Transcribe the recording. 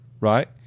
right